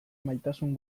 maitasun